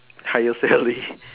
tie yourself Lee